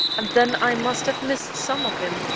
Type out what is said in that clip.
and then i must have missed some of him,